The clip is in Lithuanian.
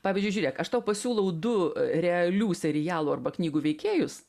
pavyzdžiui žiūrėk aš tau pasiūlau du realių serialų arba knygų veikėjus